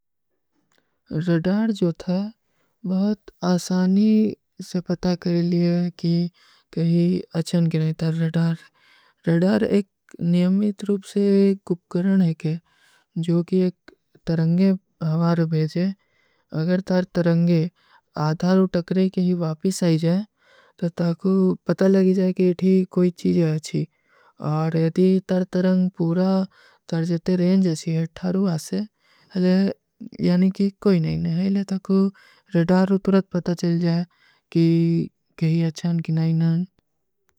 ରଡାର ଜୋ ଥା, ବହୁତ ଆସାନୀ ସେ ପତା କରେ ଲିଏ କି କହୀ ଅଚ୍ଛନ କରେଂ ତର ରଡାର। ରଡାର ଏକ ନିଯମିତ ରୂପ ସେ କୁପକରଣ ହୈ କି ଜୋ କି ଏକ ତରଂଗେ ଭାଵାର ଭେଜେ, ଅଗର ତର ତରଂଗେ ଆଧାର ଉଟକରେଂ କେ ହୀ ଵାପିସ ଆଈ ଜାଏ, ତୋ ତାକୋ ପତା ଲଗୀ ଜାଏ କି ଯେ ଥୀ କୋଈ ଚୀଜ ହୈ ଅଚ୍ଛୀ। ଔ। ର ଏଦି ତର ତରଂଗ ପୂରା ତର ଜେତେ ରେଂଜ ହୈଂ ଜୈସେ ହେଟ୍ଥାରୂ ଆସେ, ଅଗର ଯାନି କି କୋଈ ନହୀଂ ନହୀଂ, ଅଗର ତାକୋ ରଡାରୋ ତୁରଥ ପତା ଚଲ ଜାଏ କି କହୀ ଅଚ୍ଛନ କି ନହୀଂ ହୈଂ।